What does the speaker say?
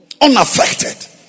Unaffected